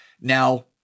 Now